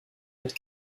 mit